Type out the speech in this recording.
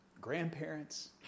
grandparents